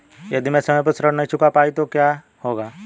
यदि मैं समय पर ऋण नहीं चुका पाई तो क्या होगा?